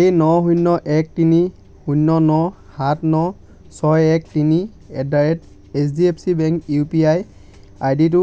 এই ন শূন্য এক তিনি শূন্য ন সাত ন ছয় এক তিনি at the rate HDFC bank UPI আইডিটো